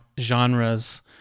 genres